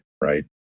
right